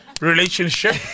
relationship